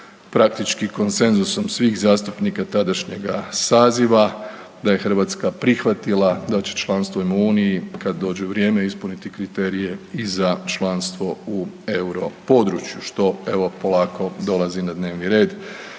praktički konsenzusom svih zastupnika tadašnjega saziva. Da je Hrvatska prihvatila da će članstvom u Uniji, kad dođe vrijeme, ispuniti kriterije i za članstvo u europodručju, što evo, polako dolazi na dnevni red